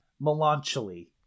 melancholy